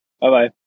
Bye-bye